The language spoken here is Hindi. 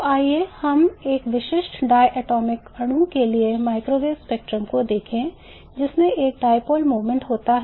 तो आइए हम एक विशिष्ट डायटोमिक अणु के लिए माइक्रोवेव स्पेक्ट्रम को देखें जिसमें एक dipole moment होता है